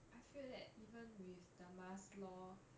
I feel like even with the mask lor